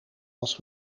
als